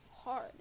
hard